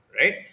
Right